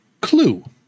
Clue